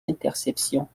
interceptions